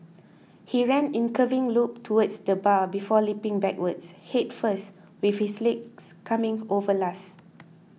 he ran in curving loop towards the bar before leaping backwards head first with his legs coming over last